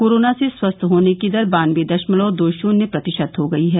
corona से स्वस्थ होने की दर बानबे दशमलव दो शून्य प्रतिशत हो गई है